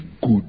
good